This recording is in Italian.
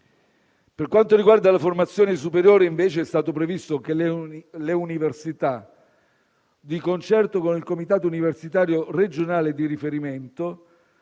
Per quanto riguarda la formazione superiore, invece, è stato previsto che le università, di concerto con il comitato universitario regionale di riferimento,